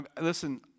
listen